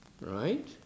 right